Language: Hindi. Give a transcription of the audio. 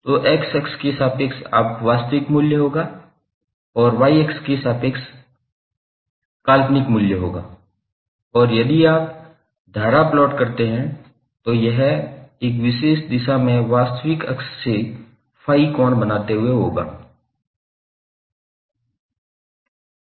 तो x अक्ष में आपके पास वास्तविक मूल्य होगा और y अक्ष आपके पास काल्पनिक मूल्य होगा और यदि आप धारा प्लॉट करते हैं तो यह फेजर एक विशेष दिशा में वास्तविक अक्ष से ∅ कोण बनाते होगा हैं